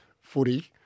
footy